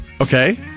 Okay